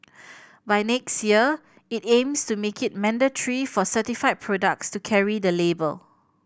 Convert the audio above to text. by next year it aims to make it mandatory for certified products to carry the label